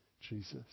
Jesus